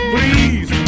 Please